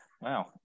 Wow